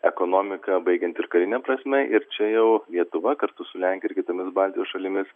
ekonomika baigiant ir karine prasme ir čia jau lietuva kartu su lenkija ir kitomis baltijos šalimis